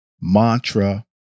mantra